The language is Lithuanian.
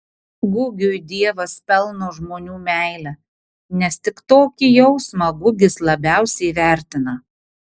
gugiui dievas pelno žmonių meilę nes tik tokį jausmą gugis labiausiai vertina